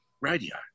radio